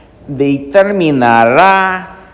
determinará